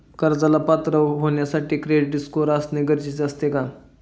कर्जाला पात्र होण्यासाठी क्रेडिट स्कोअर असणे गरजेचे असते का?